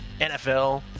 NFL